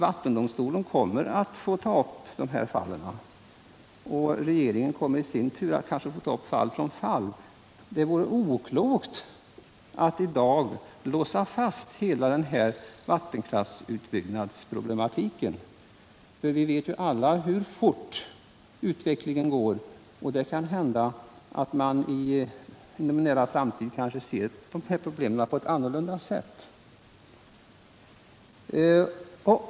Vattendomstolen kommer att ta upp dessa fall, och också regeringen kommer kanske att i sin tur få ta upp de enskilda fallen. Men det vore oklokt att i dag låsa fast hela vattenkraftsutbyggnadsproblematiken, för vi vet ju alla hur fort utvecklingen går och det kan hända att man inom en nära framtid ser på problemen på ett helt annat sätt.